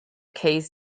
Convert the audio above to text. keys